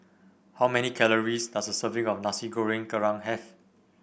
how many calories does a serving of Nasi Goreng Kerang have